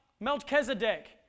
Melchizedek